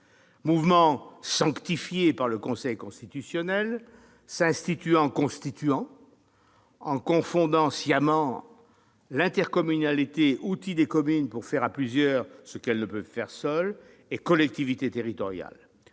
mouvement sanctifié par le Conseil constitutionnel, qui s'est institué constituant en confondant sciemment intercommunalités, outils des communes pour faire à plusieurs ce qu'elles ne peuvent faire seules, et collectivités territoriales.